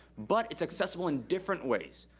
but it's accessible in different ways.